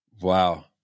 Wow